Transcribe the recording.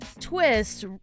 twist